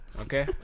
okay